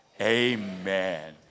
Amen